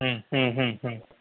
હમ્મ હમ્મ હમ્મ